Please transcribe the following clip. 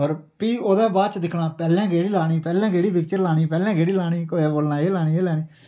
पर फ्ही ओह्दे बाद च दिक्खना पैह्लैं केह्ड़ी लानी पैह्लैं केह्ड़ी पिक्चर लानी पैह्लैं केह्ड़ी लानी कुसै बोलना एह् लानी एह् लानी